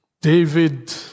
David